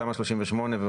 בתמ"א 38 וכו',